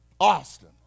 Austin